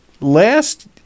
last